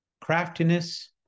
craftiness